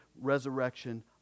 resurrection